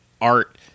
art